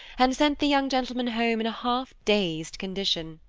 and sent the young gentleman home in a half-dazed condition.